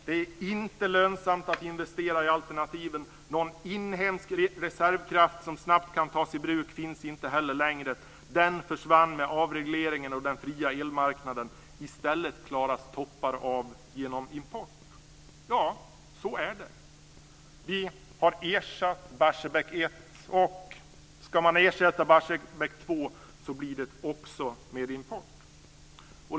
Det är inte lönsamt att investera i alternativen. Någon inhemsk reservkraft som snabbt kan tas i bruk finns inte heller längre. Den försvann med avregleringen och den fria elmarknaden. I stället klaras toppar av genom import." Ja, så är det. Vi har ersatt Barsebäck 1, och ska man ersätta Barsebäck 2 blir det också med import.